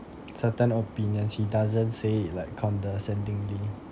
certain opinions he doesn't say it like condescendingly